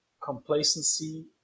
complacency